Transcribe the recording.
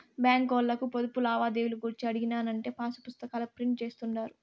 బాంకీ ఓల్లను పొదుపు లావాదేవీలు గూర్చి అడిగినానంటే పాసుపుస్తాకాల ప్రింట్ జేస్తుండారు